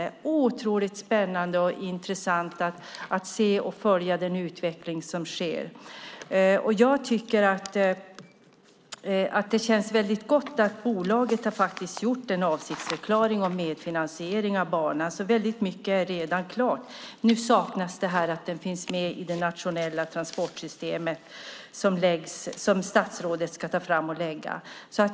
Det är otroligt spännande och intressant att följa utvecklingen där. Det känns gott att bolaget har gjort en avsiktsförklaring om medfinansiering av banan, så väldigt mycket är redan klart. Nu saknas denna järnväg i det nationella transportsystemet som statsrådet ska ta fram och presentera.